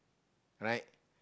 right